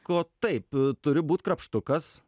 ko taip turi būt krapštukas